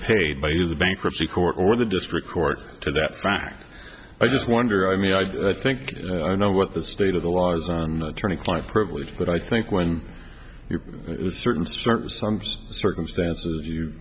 paid by the bankruptcy court or the district court to that fact i just wonder i mean i think i know what the state of the laws on attorney client privilege but i think when you're certain certain sums circumstances you